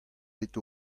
bet